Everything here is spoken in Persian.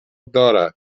دارد